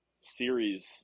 series